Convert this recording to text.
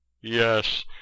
yes